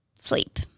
sleep